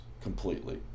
completely